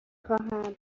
خواهم